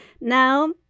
Now